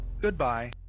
Goodbye